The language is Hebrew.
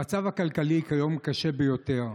המצב הכלכלי כיום קשה ביותר.